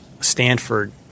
Stanford